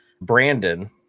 brandon